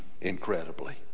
incredibly